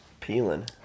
Peeling